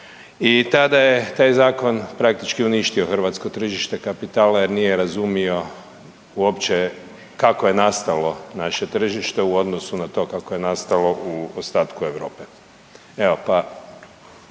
i tada je taj zakon praktički uništio hrvatsko tržište kapitala jer nije razumio uopće kako je nastalo naše tržište u odnosu na to kako je nastalo u ostatku Europe.